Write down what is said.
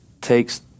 takes